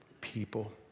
people